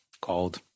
called